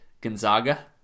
Gonzaga